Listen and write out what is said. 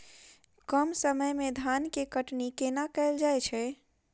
कम समय मे धान केँ कटनी कोना कैल जाय छै?